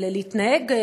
להתנהג,